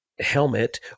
helmet